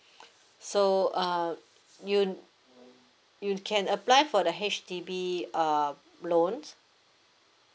so uh you you can apply for the H_D_B err loans